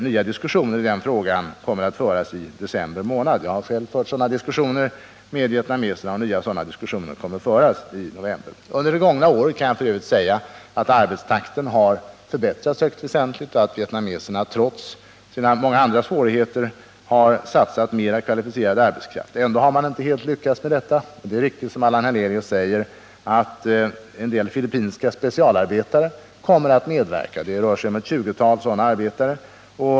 Jag har själv fört sådana diskussioner med vietnameserna, och nya sådana diskussioner kommer att föras i december månad. Jag kan f. ö. säga att under det gångna året har arbetstakten förbättrats väsentligt. Vietnameserna har trots sina många andra svårigheter satsat mera kvalificerad arbetskraft. Ändå har man inte helt lyckats. Det är riktigt som Allan Hernelius säger att en del filippinska specialarbetare kommer att medverka. Det rör sig om ett 20-tal sådana arbetare.